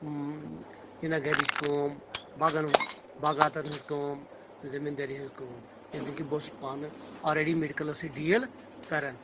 اۭں یہِ نہ گرٕچ کٲم باغن باغاتن ہنٛز کٲم رمیٖن دٲری ہنٛز کٲم ییٚلہِ زن کہِ بہٕ اوسُس پانہِ آلریٚڈی میڑکٕلِس سۭتھ ڈیٖل کران